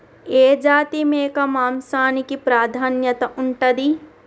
ఏ జాతి మేక మాంసానికి ప్రాధాన్యత ఉంటది?